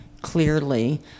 clearly